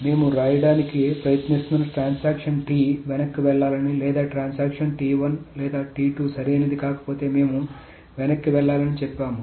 మేము వ్రాయడానికి ప్రయత్నిస్తున్న ట్రాన్సాక్షన్ T వెనక్కి వెళ్లాలని లేదా ట్రాన్సాక్షన్ లేదా సరైనది కాకపోతే మేము వెనక్కి వెళ్లాలని చెప్పాము